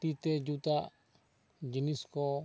ᱛᱤ ᱛᱮ ᱡᱩᱛᱟᱜ ᱡᱤᱱᱤᱥ ᱠᱚ